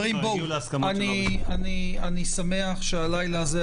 אני שמח שהלילה הזה,